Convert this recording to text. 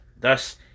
Thus